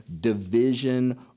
division